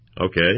Okay